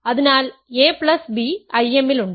അതിനാൽ ab I m ൽ ഉണ്ട്